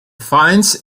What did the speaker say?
finds